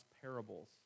parables